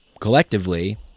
collectively